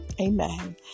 amen